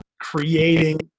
creating